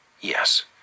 Yes